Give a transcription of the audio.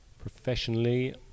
Professionally